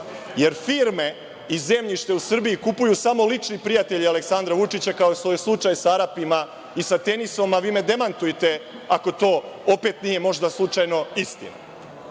jer firme i zemljište u Srbiji kupuju samo lični prijatelji Aleksandra Vučića, kao što je slučaj sa Arapima i sa „Tenisom“, a vi me demantujte ako to opet nije možda slučajno istina. Dakle,